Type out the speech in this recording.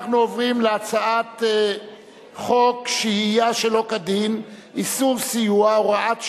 אנחנו עוברים להצעת חוק שהייה שלא כדין (איסור סיוע) (הוראות שעה)